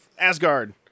Asgard